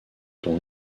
dont